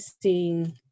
seeing